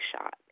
shot